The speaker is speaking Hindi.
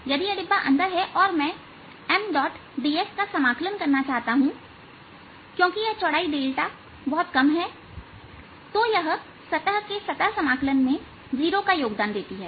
यदि डिब्बा अंदर है और मैं Mds के समाकलन की गणना करना चाहता हूं क्योंकि यह चौड़ाई बहुत कम है तो यह सतह के सतह समाकलन में 0 देती है